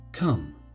Come